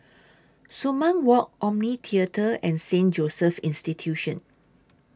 Sumang Walk Omni Theatre and Saint Joseph's Institution